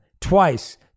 twice